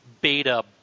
Beta